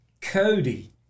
Cody